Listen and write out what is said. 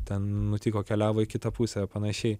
ten nutiko keliavo į kitą pusę ar panašiai